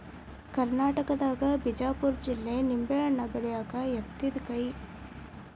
ಕರ್ನಾಟಕದಾಗ ಬಿಜಾಪುರ ಜಿಲ್ಲೆ ನಿಂಬೆಹಣ್ಣ ಬೆಳ್ಯಾಕ ಯತ್ತಿದ ಕೈ